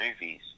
movies